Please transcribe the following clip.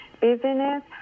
business